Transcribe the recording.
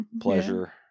pleasure